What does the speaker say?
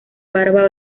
barba